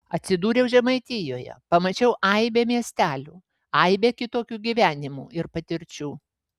atsidūriau žemaitijoje pamačiau aibę miestelių aibę kitokių gyvenimų ir patirčių